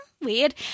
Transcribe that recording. weird